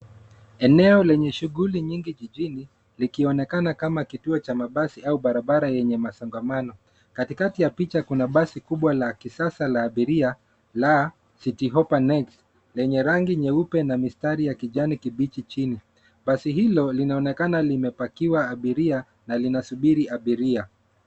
Eneo lenye shughuli nyingi jijini likionekana kama kituo cha mabasi au barabara yenye masongamano. Katikati ya picha kuna basi kubwa la kisasa la abiria la City Hoppa Next lenye rangi nyeupe na mistari ya kijani kibichi chini. Basi hilo linaonekana limepakiwa abiria na linasubiri abiria.